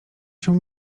się